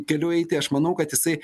keliu eiti aš manau kad jisai